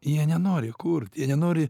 jie nenori kurt jie nenori